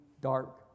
dark